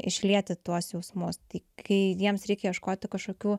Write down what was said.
išlieti tuos jausmus tai kai jiems reikia ieškoti kažkokių